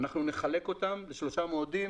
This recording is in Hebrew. אנחנו נחלק אותם לשלושה מועדים